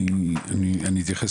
אני רוצה להתייחס